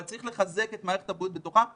אבל צריך לחזק את מערכת הבריאות בתוכה,